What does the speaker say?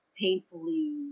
painfully